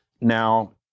now